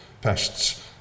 pests